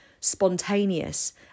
spontaneous